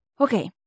Okay